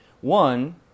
One